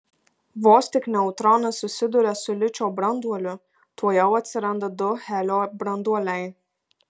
vos tik neutronas susiduria su ličio branduoliu tuojau atsiranda du helio branduoliai